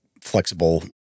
flexible